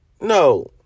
no